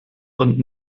und